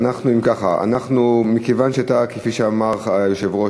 מכיוון כפי שאמר היושב-ראש,